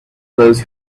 those